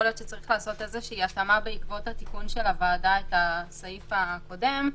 אולי צריך לעשות התאמה בעקבות התיקון של הוועדה בסעיף הקודם.